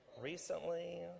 recently